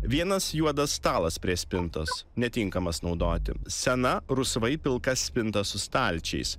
vienas juodas stalas prie spintos netinkamas naudoti sena rusvai pilka spinta su stalčiais